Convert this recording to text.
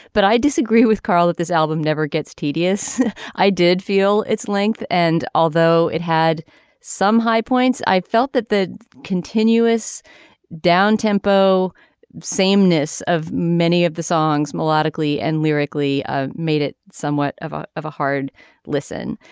but i disagree with carl that this album never gets tedious i did feel its length and although it had some high points i felt that the continuous down tempo sameness of many of the songs melodically and lyrically ah made it somewhat of ah of a hard listen.